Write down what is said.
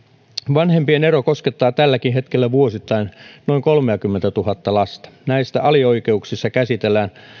vanhempien ero koskettaa tälläkin hetkellä vuosittain noin kolmeakymmentätuhatta lasta näistä alioikeuksissa käsitellään